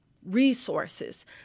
Resources